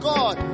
God